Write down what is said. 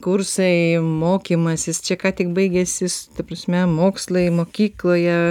kursai mokymasis čia ką tik baigęsis ta prasme mokslai mokykloje